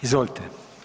Izvolite.